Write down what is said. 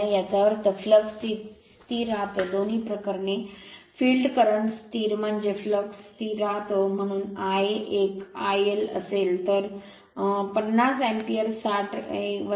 याचा अर्थ फ्लक्स स्थिर राहतो दोन्ही प्रकरणे फील्ड करंट स्थिर म्हणजे फ्लक्स स्थिर राहतो म्हणून आयए 1 आयएल असेल तर तर 59 अँपिअर 60 1